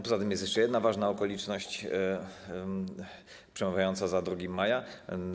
Poza tym jest jeszcze jedna ważna okoliczność przemawiająca za 2 maja.